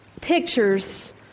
pictures